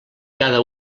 cada